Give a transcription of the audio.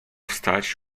wstać